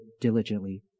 diligently